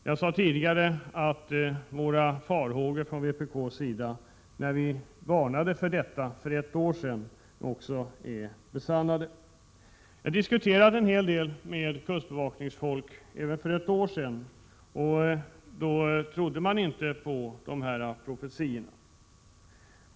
Jag sade tidigare att våra farhågor inom vpk, när vi utfärdade varningar förra året, har blivit besannade. Jag diskuterade en hel del med människor i kustbevakningen även för ett år sedan. Då trodde vi inte på dessa profetior.